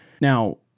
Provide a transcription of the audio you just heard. Now